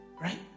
right